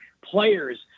players